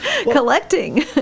collecting